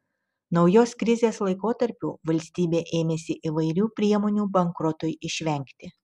naujos krizės laikotarpiu valstybė ėmėsi įvairių priemonių bankrotui išvengti